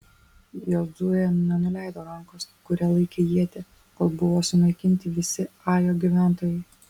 jozuė nenuleido rankos kuria laikė ietį kol buvo sunaikinti visi ajo gyventojai